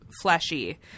fleshy